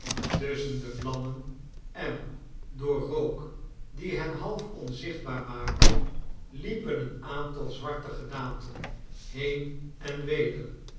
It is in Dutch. tusschen de vlammen en door rook die hen half onzichtbaar maakte liepen een aantal zwarte gedaanten heen en weder